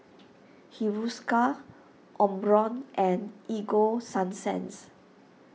Hiruscar Omron and Ego Sunsense